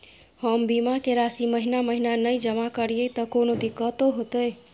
हम बीमा के राशि महीना महीना नय जमा करिए त कोनो दिक्कतों होतय?